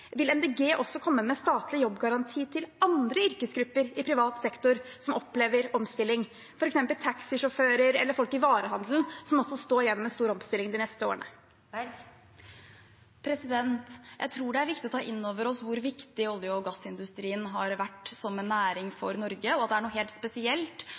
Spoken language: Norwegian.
vil Miljøpartiet De Grønne også komme med statlig jobbgaranti til andre yrkesgrupper i privat sektor som opplever omstilling, f.eks. taxisjåfører eller folk i varehandelen, som også står foran en stor omstilling de neste årene? Jeg tror det er viktig at vi tar inn over oss hvor viktig olje- og gassindustrien har vært som næring for Norge, og det er noe helt spesielt